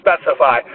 specify